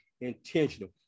intentional